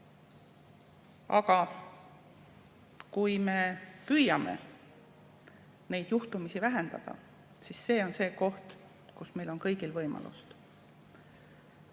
Aga kui me püüame neid juhtumisi vähendada, siis see on see koht, kus meil kõigil on võimalus.